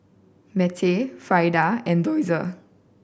Mittie Freida and Dozier